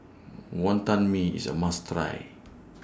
Wonton Mee IS A must Try